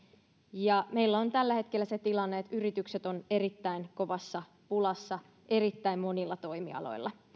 meillä on tällä hetkellä se tilanne että yritykset ovat erittäin kovassa pulassa erittäin monilla toimialoilla